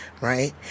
right